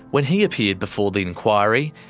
when he appeared before the inquiry,